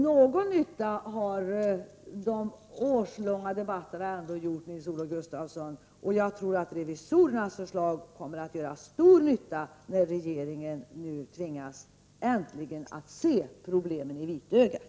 Någon nytta har de årslånga debatterna kanske ändå gjort, Nils-Olof Gustafsson. Och jag tror att revisorernas förslag kommer att göra stor nytta när regeringen nu äntligen tvingas se problemen i vitögat.